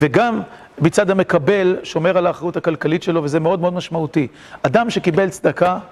וגם מצד המקבל שומר על האחרות הכלכלית שלו, וזה מאוד מאוד משמעותי. אדם שקיבל צדקה...